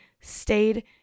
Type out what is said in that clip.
stayed